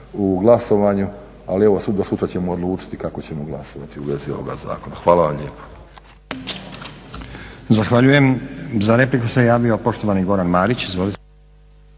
u glasovanju, ali evo, do sutra ćemo odlučiti kako ćemo glasovati u vezi ovoga zakona. Hvala vam lijepo. **Stazić, Nenad (SDP)** Zahvaljujem. Za repliku se javio poštovani Goran Marić.